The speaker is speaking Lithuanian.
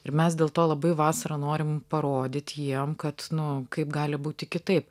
ir mes dėl to labai vasarą norim parodyt jiem kad nu kaip gali būti kitaip